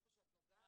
איפה שאת נוגעת,